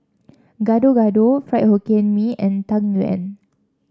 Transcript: Gado Gado Fried Hokkien Mee and Tang Yuen